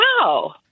Wow